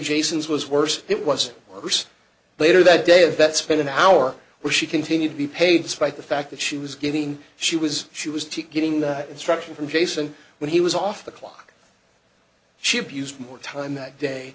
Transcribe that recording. jason's was worse it was worse later that day of that spend an hour where she continued to be paid to spite the fact that she was giving she was she was getting that instruction from jason when he was off the clock she abused more time that day